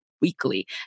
weekly